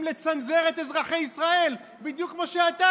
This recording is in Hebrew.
לצנזר את אזרחי ישראל בדיוק כמו שאתה,